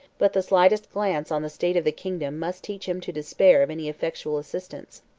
but the slightest glance on the state of the kingdom must teach him to despair of any effectual assistance.